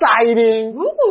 exciting